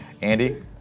Andy